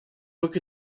book